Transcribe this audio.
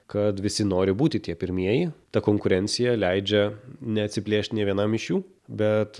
kad visi nori būti tie pirmieji ta konkurencija leidžia neatsiplėšt nė vienam iš jų bet